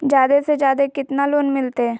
जादे से जादे कितना लोन मिलते?